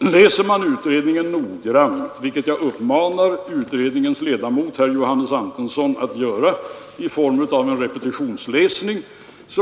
Om man läser utredningen noggrant, vilket jag uppmanar utredningens ledamot herr Johannes Antonsson att göra i form av en repetitionsläsning,